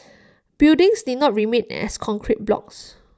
buildings need not remain as concrete blocks